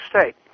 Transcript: state